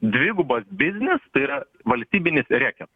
dvigubas biznis tai yra valstybinis reketas